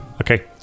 Okay